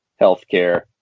healthcare